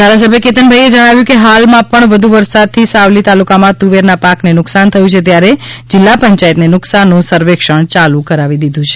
ધારાસભ્ય કેતનભાઈએ જણાવ્યું કે હાલમાં પણ વધુ વરસાદથી સાવલી તાલુકામાં તુવેરના પાકને નુકશાન થયું છે ત્યારે જિલ્લા પંચાયતે નુકશાનનું સર્વેક્ષણ યાલુ કરાવી દીધું છે